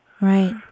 Right